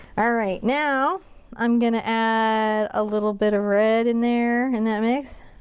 alright, now i'm gonna add a little bit of red in there, in that mix.